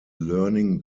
learning